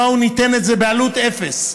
בואו ניתן את זה בעלות אפס,